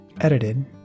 Edited